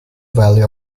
valley